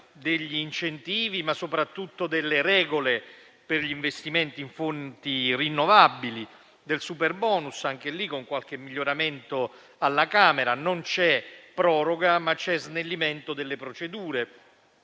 degli incentivi, ma soprattutto delle regole per gli investimenti in fonti rinnovabili, del superbonus: anche qui, con qualche miglioramento intervenuto durante l'esame alla Camera, non c'è proroga, ma snellimento delle procedure